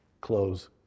Close